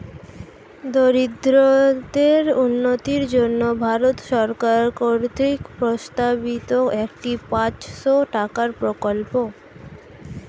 দরিদ্রদের উন্নতির জন্য ভারত সরকার কর্তৃক প্রস্তাবিত একটি পাঁচশো টাকার প্রকল্প